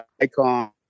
icon